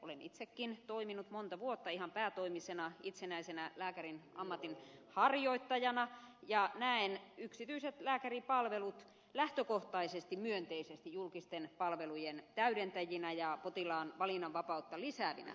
olen itsekin toiminut monta vuotta ihan päätoimisena itsenäisenä lääkärin ammatin harjoittajana ja näen yksityiset lääkäripalvelut lähtökohtaisesti myönteisesti julkisten palvelujen täydentäjinä ja potilaan valinnanvapautta lisäävinä